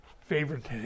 favorite